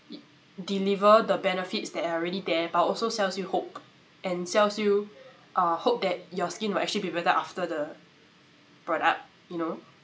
deliver the benefits that are already there but also sells you hope and sells you uh hope that your skin will actually be better after the product you know